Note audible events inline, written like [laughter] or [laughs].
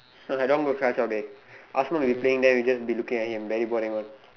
[laughs] I don't want dey Asman will be playing then we just be looking at him very boring one